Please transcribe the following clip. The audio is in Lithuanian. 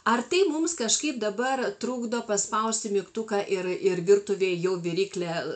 ar tai mums kažkaip dabar trukdo paspausti mygtuką ir ir virtuvėj jau viryklė